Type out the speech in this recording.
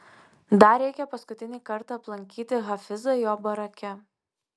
dar reikia paskutinį kartą aplankyti hafizą jo barake